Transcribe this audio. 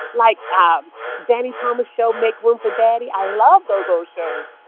like um danny thomas show, make room for daddy. i love those old shows,